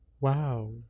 Wow